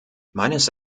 meines